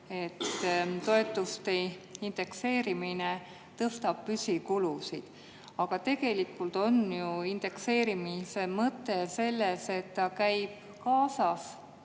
toetuste indekseerimine tõstab püsikulusid. Aga tegelikult on ju indekseerimise mõte selles, et see käib